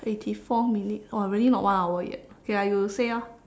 eighty four minutes !wah! really not one hour yet okay ah you say ah